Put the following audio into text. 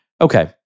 Okay